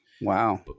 Wow